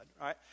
right